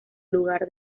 lugar